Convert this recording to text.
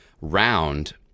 round